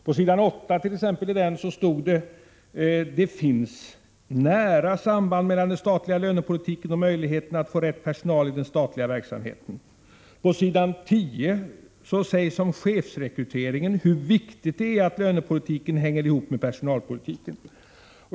På s. 8 i propositionen sägs: ”Det finns nära samband mellan den statliga lönepolitiken och möjligheterna att få rätt personal i den statliga verksamheten.” På s. 10 sägs om chefsrekryteringen hur viktigt det är att lönepolitiken hänger ihop med personalpolitiken.